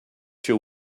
your